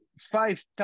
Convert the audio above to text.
five